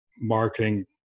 marketing